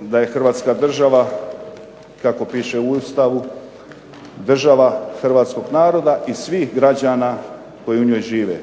da je Hrvatska država, kako piše u Ustavu, država hrvatskog naroda i svih građana koji u njoj žive.